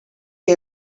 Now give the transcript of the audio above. que